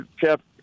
kept